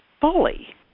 fully